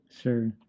sure